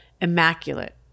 immaculate